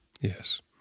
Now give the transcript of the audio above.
yes